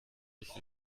mich